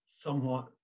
somewhat